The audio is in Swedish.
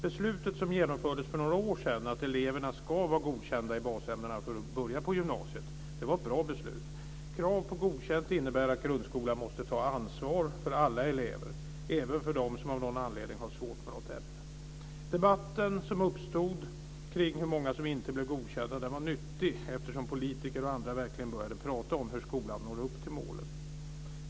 Beslutet som genomfördes för några år sedan att eleverna ska vara godkända i basämnena för att börja på gymnasiet var bra. Krav på godkänt innebär att grundskolan måste ta ansvar för alla elever, även de som av någon anledning har svårt för något ämne. Den debatt som uppstod kring hur många som inte blev godkända var nyttig, eftersom politiker och andra verkligen började prata om hur skolan når upp till målen.